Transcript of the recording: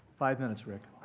five minutes, rick.